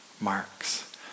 marks